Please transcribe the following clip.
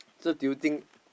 so do you think